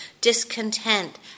discontent